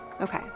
Okay